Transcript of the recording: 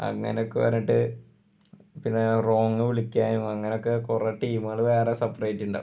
അങ്ങനെയൊക്കെ പറഞ്ഞിട്ട് പിന്നെ റോങ്ങ് വിളിക്കാനും അങ്ങനെയൊക്കെ കുറേ ടീമുകൾ വേറെ സെപ്പറേടുണ്ടാകും